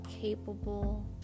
capable